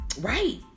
Right